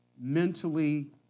mentally